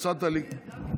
דוד, תגיד לפרוטוקול,